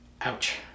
Ouch